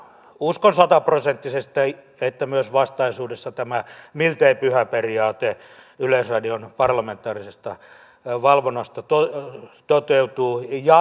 uskon sataprosenttisesti että myös vastaisuudessa tämä miltei pyhä periaate yleisradion parlamentaarisesta valvonnasta toteutuu jatkossakin